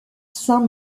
saint